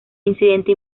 incidente